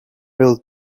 will